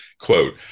quote